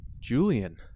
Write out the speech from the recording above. Julian